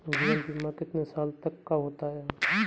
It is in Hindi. जीवन बीमा कितने साल तक का होता है?